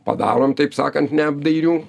padarom taip sakant neapdairių